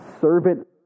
servant